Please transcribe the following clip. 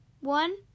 One